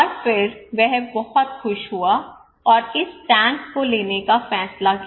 और फिर वह बहुत खुश हुआ और इस टैंक को लेने का फैसला किया